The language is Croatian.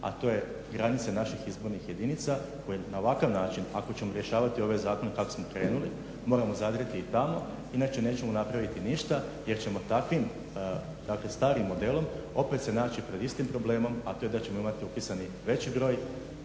a to je granica naših izbornih jedinica koje na ovakav način ako ćemo rješavati ove zakone kako smo krenuli moramo zadrijeti i tamo inače nećemo napraviti ništa jer ćemo takvim starim modelom opet se naći pred istim problemom, a to je da ćemo imati upisani veći broj